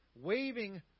waving